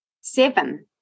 Seven